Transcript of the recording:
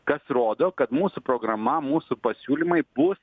kas rodo kad mūsų programa mūsų pasiūlymai bus